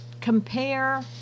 compare